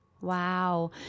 Wow